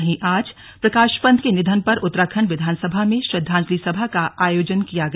वहीं आज प्रकाश पंत के निधन पर उत्तराखंड विधानसभा में श्रद्वांजलि सभा का आयोजन किया गया